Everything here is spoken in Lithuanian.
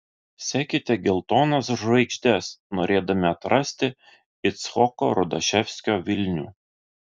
sekite geltonas žvaigždes norėdami atrasti icchoko rudaševskio vilnių